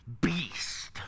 beast